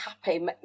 happy